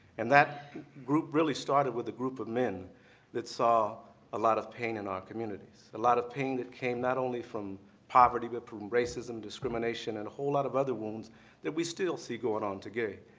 and that group really started with a group of men that saw a lot of pain in our communities, a lot of pain that came not only from poverty but from racism, discrimination, and a whole lot of other wounds that we still see going on today.